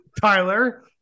Tyler